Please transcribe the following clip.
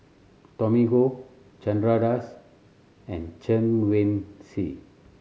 Tommy Koh Chandra Das and Chen Wen Hsi